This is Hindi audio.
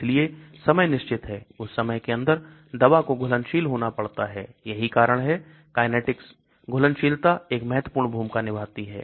इसलिए समय निश्चित है उस समय के अंदर दवा को घुलनशील होना पड़ता है यही कारण है kinetic घुलनशीलता एक महत्वपूर्ण भूमिका निभाती है